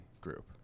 group